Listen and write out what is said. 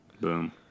Boom